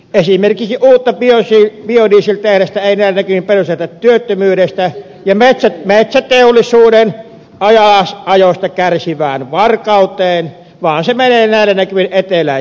esimerkiksi uutta biodieseltehdasta ei näillä näkymin perusteta työttömyydestä ja metsäteollisuuden alasajosta kärsivään varkauteen vaan se menee näillä näkymin eteläiseen suomeen